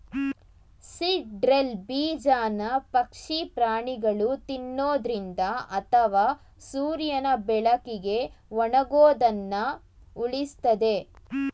seed drill ಬೀಜನ ಪಕ್ಷಿ ಪ್ರಾಣಿಗಳು ತಿನ್ನೊದ್ರಿಂದ ಅಥವಾ ಸೂರ್ಯನ ಬೆಳಕಿಗೆ ಒಣಗೋದನ್ನ ಉಳಿಸ್ತದೆ